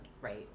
right